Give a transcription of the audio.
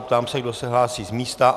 Ptám se, kdo se hlásí z místa.